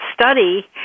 study